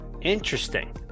interesting